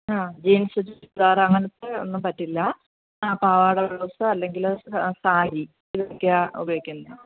ആ ജീൻസ് ചുരിദാർ അങ്ങനെത്തെ ഒന്നും പറ്റില്ല ആ പാവാടയും ബ്ലൗസോ അല്ലെങ്കിൽ സാരി ഇതൊക്കെയാ ഉപയോഗിക്കുന്നത്